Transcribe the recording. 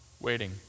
waiting